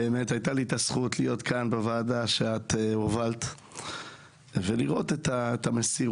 באמת היתה לי הזכות להיות כאן בוועדה שאת הובלת ולראות את המסירות,